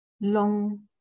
long